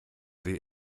the